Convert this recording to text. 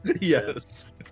Yes